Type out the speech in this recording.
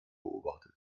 beobachtet